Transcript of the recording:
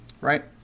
right